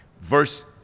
Verse